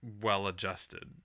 well-adjusted